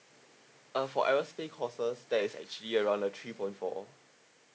uh for ever stay courses that is actually around the three point four